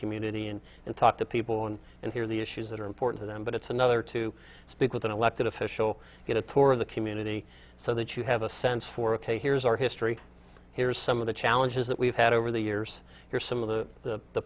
community and and talk to people and and hear the issues that are important to them but it's another to speak with an elected official get a tour of the community so that you have a sense for ok here's our history here's some of the challenges that we've had over the years here some of the